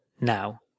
now